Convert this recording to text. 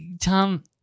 Tom